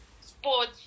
sports